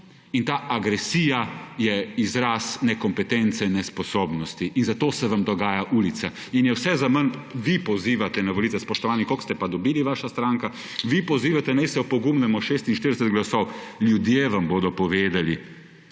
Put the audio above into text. in ta agresija je izraz nekompetence in nesposobnosti in zato se vam dogaja ulica in je vse zaman, vi pozivate na volitve, spoštovani. Koliko ste pa dobili, vaša stranka? Vi pozivate naj se opogumimo, 46 glasov. Ljudje vam bodo povedali.